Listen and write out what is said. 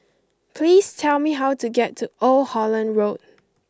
please tell me how to get to Old Holland Road